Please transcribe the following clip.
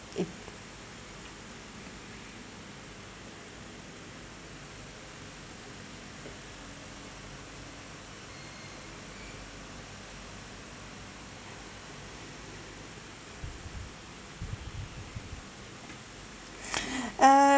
it